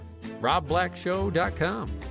robblackshow.com